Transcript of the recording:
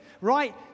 right